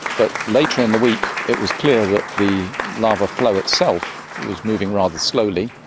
but later in the week it was clear that the lava flow itself was moving rather slowly,